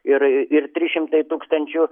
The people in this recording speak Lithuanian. ir ir trys šimtai tūkstančių